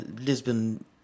Lisbon